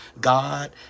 God